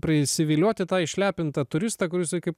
prisivilioti tą išlepintą turistą kur jisai kaip